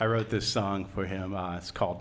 i wrote this song for him it's called